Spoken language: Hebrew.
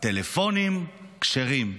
טלפונים כשרים.